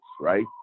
right